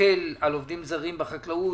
היטל על עובדים זרים בחקלאות.